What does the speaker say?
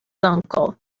uncle